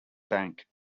bank